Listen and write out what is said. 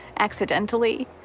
accidentally